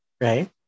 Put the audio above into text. right